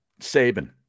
Saban